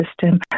system